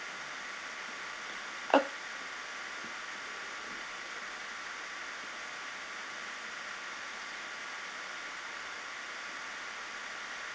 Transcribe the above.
okay